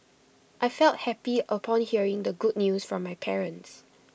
I felt happy upon hearing the good news from my parents